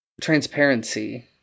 Transparency